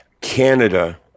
Canada